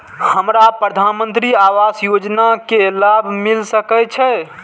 हमरा प्रधानमंत्री आवास योजना के लाभ मिल सके छे?